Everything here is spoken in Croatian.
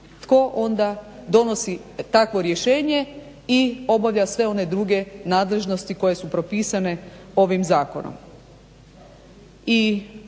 Tko onda donosi takvo rješenje i obavlja sve one druge nadležnosti koje su propisane ovim zakonom?